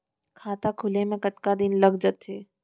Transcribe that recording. खाता खुले में कतका दिन लग जथे?